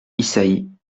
isaïe